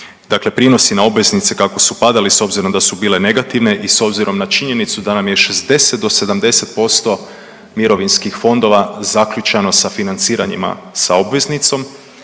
Dakle, prinosi na obveznice kako su padale s obzirom da su bile negativne i s obzirom na činjenicu da nam je 60 do 70% mirovinskih fondova zaključano sa financiranjima sa obveznicom,